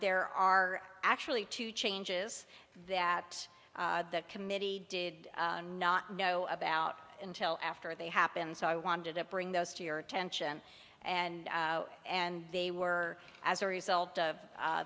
there are actually two changes that the committee did not know about until after they happened so i wanted to bring those to your attention and and they were as a result of